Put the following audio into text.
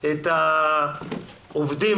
את העובדים